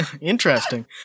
Interesting